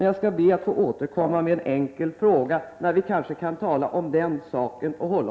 Jag skall be att få återkomma med en fråga om detta.